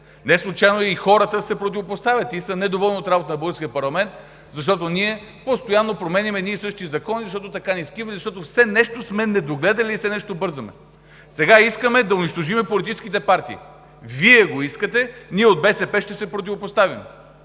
Неслучайно и хората се противопоставят и са недоволни от работата на българския парламент, защото ние постоянно променяме едни и същи закони, защото така ни скимне, защото все нещо сме недогледали и все нещо бързаме. Сега искаме да унищожим политическите партии – Вие го искате, ние от БСП ще се противопоставим!